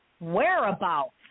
whereabouts